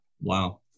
Wow